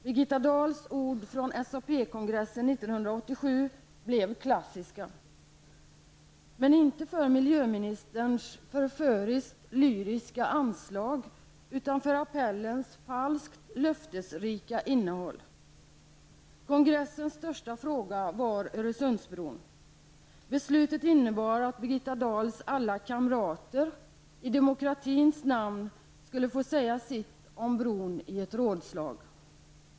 Birgitta Dahls ord från SAP-kongressen 1987 blev klassiska inte för miljöministerns förföriskt lyriska anslag, utan för appellens falskt löftesrika innehåll. Kongressens största fråga var Öresundsbron. Beslutet innebar att Birgitta Dahls alla kamrater i demokratins namn skulle få säga sitt om bron i ett rådslag.